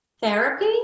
Therapy